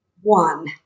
one